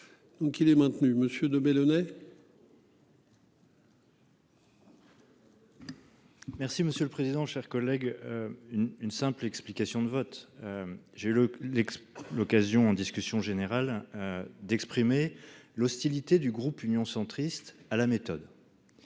Donc il est maintenu monsieur de. Merci monsieur le président, cher collègue. Une une simple explication de vote. J'ai le lait. L'occasion en discussion générale. D'exprimer l'hostilité du groupe Union centriste à la méthode.